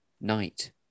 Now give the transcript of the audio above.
night